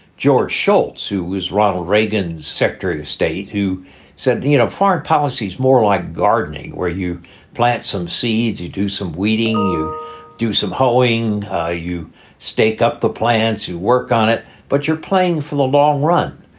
george shultz, who was ronald reagan's secretary of state, who said, you know, foreign policy's more like gardening, where you plant some seeds, you do some weeding. you do some hauling. ah you stake up the plants. you work on it, but you're playing for the long run.